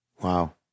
Wow